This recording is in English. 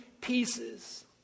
pieces